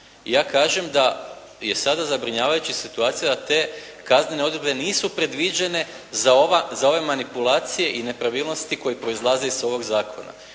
ja kažem da je sada zabrinjavajuća situacija da te kaznene odredbe nisu predviđene za ove manipulacije i nepravilnosti koji proizlaze iz ovog zakona.